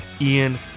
ian